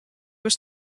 was